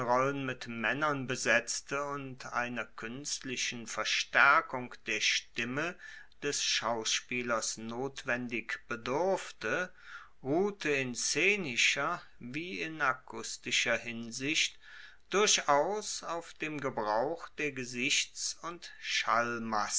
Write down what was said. mit maennern besetzte und einer kuenstlichen verstaerkung der stimme des schauspielers notwendig bedurfte ruhte in szenischer wie in akustischer hinsicht durchaus auf dem gebrauch der gesichts und